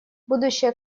будущая